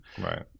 right